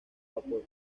vapor